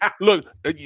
look